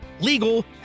legal